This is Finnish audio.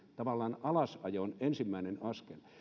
tavallaan alasajon ensimmäinen askel